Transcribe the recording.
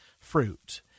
fruit